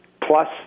plus